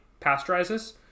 pasteurizes